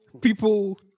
people